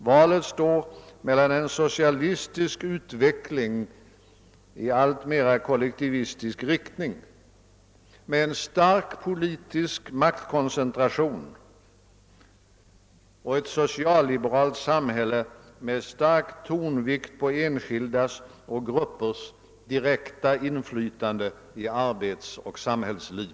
Valet står mellan å ena sidan en socialistisk utveckling i alltmer kollektivistisk riktning med en stark politisk maktkoncentration och å andra sidan ett socialliberalt samhälle med stark tonvikt på enskildas och gruppers direkta inflytande på arbetsoch samhällsliv.